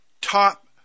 top